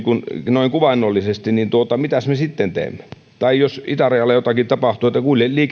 noin kuvaannollisesti niin mitäs me sitten teemme tai jos itärajalla jotakin tapahtuu että